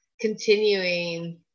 continuing